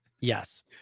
Yes